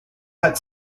had